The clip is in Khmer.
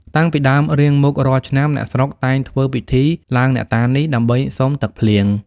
តាំងពីដើមរៀងមករាល់ឆ្នាំ អ្នកស្រុក តែងធ្វើពិធីឡើងអ្នកតានេះ ដើម្បីសុំទឹកភ្លៀង ។